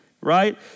right